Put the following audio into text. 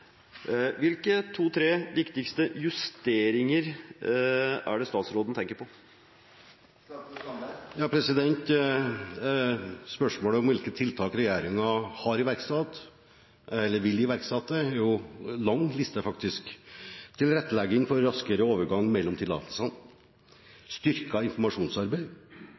Hvilke to–tre viktigste justeringer er det statsråden tenker på? Til spørsmålet om hvilke tiltak regjeringen har iverksatt, eller vil iverksette, er det faktisk en lang liste: tilrettelegging for raskere overgang mellom tillatelsene styrket informasjonsarbeid